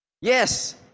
Yes